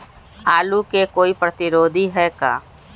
आलू के कोई प्रतिरोधी है का?